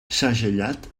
segellat